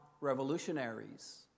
revolutionaries